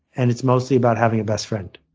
and it's mostly about having a best friend.